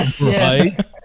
Right